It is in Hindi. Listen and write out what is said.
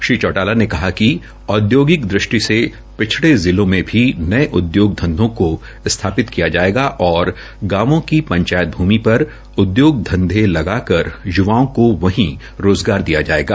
श्री चौटाला ने कहा कि औदयोगिक दृष्टि से पिछड़े जिलों में भी नये उदयोग धंधों को स्थापित किया जायेगा और गांवों की पंचायत भूमि पर उद्योग धंधे लगाकर युवओं को वहीं रोज़गार दिया जायेगा